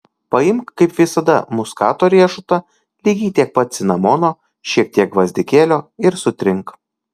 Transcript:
paimk kaip visada muskato riešutą lygiai tiek pat cinamono šiek tiek gvazdikėlio ir sutrink